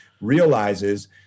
realizes